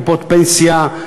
בקופות פנסיה,